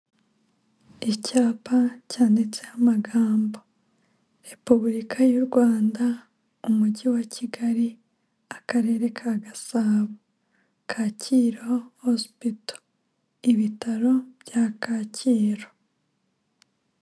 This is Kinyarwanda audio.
Icyapa cyanditseho amagambogambo, repubulika y'u Rwanda umujyi wa Kigali, Akarere ka Gasabo, Kacyiru hosipito, ibitaro bya Kacyiru.